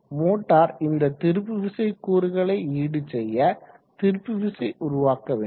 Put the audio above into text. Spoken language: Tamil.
மோட்டார் இந்த திருப்பு விசை கூறுகளை ஈடு செய்ய திருப்பு விசை உருவாக்க வேண்டும்